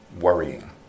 worrying